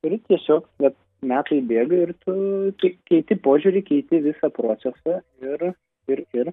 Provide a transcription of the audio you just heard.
ir tiesiog vat metai bėga ir tu keiti požiūrį keiti visą procesą ir ir ir